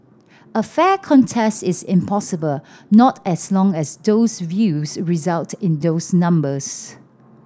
a fair contest is impossible not as long as those views result in those numbers